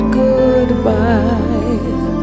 goodbye